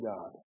God